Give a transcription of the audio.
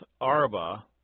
Arba